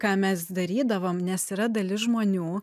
ką mes darydavom nes yra dalis žmonių